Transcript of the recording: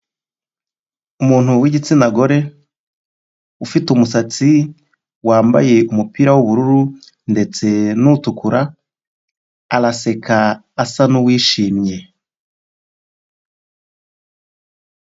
Umuntu w'igitsina gore, ufite umusatsi wambaye umupira w'ubururu ndetse n'utukura, araseka, asa n'uwishimye.